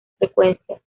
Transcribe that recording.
frecuencias